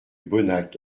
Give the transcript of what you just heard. bonnac